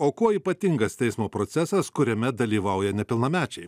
o kuo ypatingas teismo procesas kuriame dalyvauja nepilnamečiai